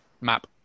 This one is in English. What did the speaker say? map